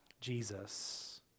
Jesus